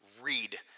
read